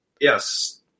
Yes